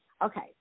Okay